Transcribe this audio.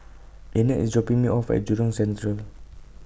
Linette IS dropping Me off At Jurong Central